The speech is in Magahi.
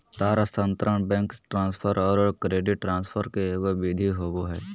तार स्थानांतरण, बैंक ट्रांसफर औरो क्रेडिट ट्रांसफ़र के एगो विधि होबो हइ